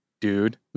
dude